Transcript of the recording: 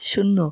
শূন্য